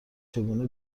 چگونه